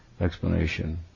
explanation